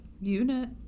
unit